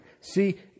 See